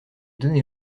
donné